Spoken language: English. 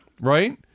Right